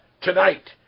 tonight